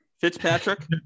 Fitzpatrick